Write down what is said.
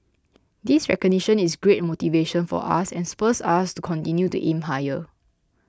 this recognition is great motivation for us and spurs us to continue to aim higher